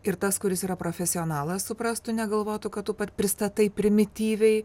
ir tas kuris yra profesionalas suprastų negalvotų kad tu pristatai primityviai